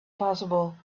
possible